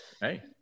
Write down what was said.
Hey